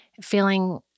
feeling